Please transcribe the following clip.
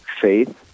faith